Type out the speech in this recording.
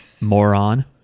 Moron